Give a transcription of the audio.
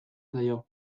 zaio